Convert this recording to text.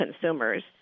consumers